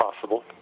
possible